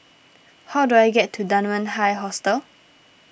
how do I get to Dunman High Hostel